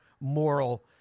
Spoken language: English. moral